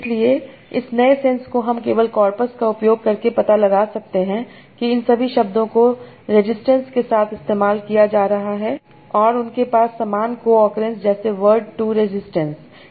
इसलिए इस नए सेंस को हम केवल कॉर्पस का उपयोग करके पता लगा सकते हैं कि इन सभी शब्दों को रेजिस्टेंस के साथ इस्तेमाल किया जा रहा है और उनके पास समान को ओकरेन्स जैसे वर्ड टू रेसिस्टेन्स